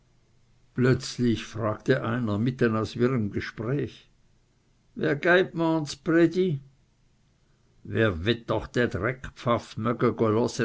plötzlich fragte einer mitten aus wirrem gespräch wer geit morn z'predi wer wett doch dä d